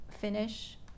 finish